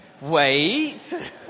Wait